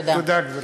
תודה, גברתי.